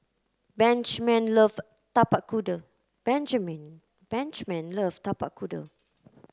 Benjman love Tapak Kuda Benjman Benjman love Tapak Kuda